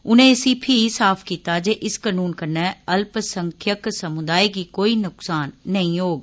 उनें इसी फीह साफ कीता जे इस कनून कन्नै अल्पसंख्यक समुदायें गी कोई नुक्सान नेई होग